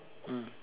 mm